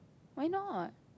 why not